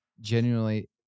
genuinely